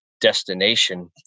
destination